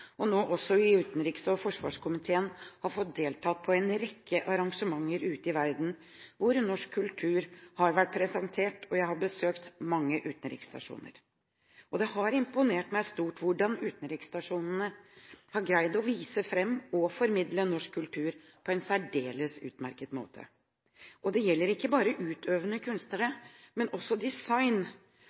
og kulturkomiteen, og nå også i utenriks- og forsvarskomiteen, har fått delta på en rekke arrangementer ute i verden hvor norsk kultur har vært presentert, og jeg har besøkt mange utenriksstasjoner. Det har imponert meg stort hvordan utenriksstasjonene har greid å vise fram og formidle norsk kultur på en særdeles utmerket måte. Og det gjelder ikke bare utøvende kunstnere, men også design